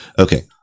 Okay